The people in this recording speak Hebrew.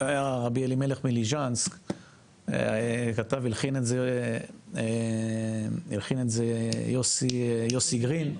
רבי אלימלך מליז'נסק, כתב והלחין את זה יוסי גרין,